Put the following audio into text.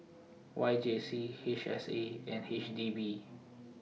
Y J C H S A and H D B